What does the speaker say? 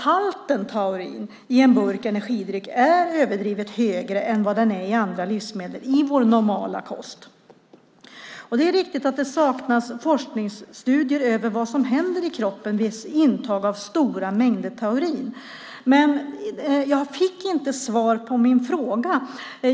Halten taurin i en burk energidryck är överdrivet högre än vad den är i andra livsmedel i vår normala kost. Det är riktigt att det saknas forskningsstudier om vad som händer i kroppen vid intag av stora mängder taurin. Men jag fick inte svar på min fråga.